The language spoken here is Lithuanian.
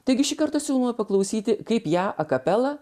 taigi šį kartą siūlome paklausyti kaip ją akapela